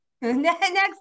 next